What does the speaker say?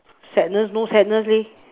sadness no sadness leh